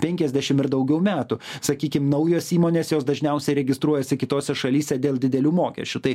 penkiasdešim ir daugiau metų sakykim naujos įmonės jos dažniausiai registruojasi kitose šalyse dėl didelių mokesčių tai